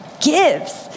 gives